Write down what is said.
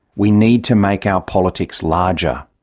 we need to make our politics larger.